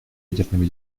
ядерными